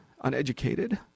uneducated